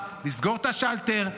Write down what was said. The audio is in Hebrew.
לסגור את השלטר,